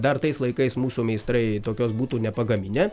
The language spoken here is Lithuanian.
dar tais laikais mūsų meistrai tokios būtų nepagaminę